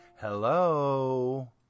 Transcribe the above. hello